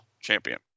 champion